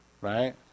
right